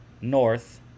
north